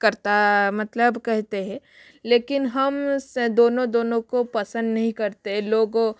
करता मतलब कहते है लेकिन हम से दोनों दोनों को पसंद नहीं करते है लोगों